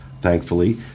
thankfully